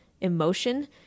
emotion